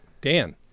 Dan